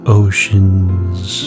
ocean's